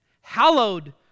hallowed